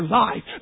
life